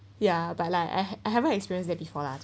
ya but like I I haven't experience that before lah